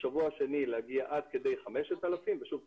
בשבוע השני להגיע עד כדי 5,000 ושוב,